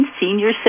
Senior